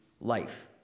Life